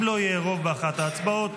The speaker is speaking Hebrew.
אם לא יהיה רוב באחת ההצבעות,